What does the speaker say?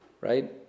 Right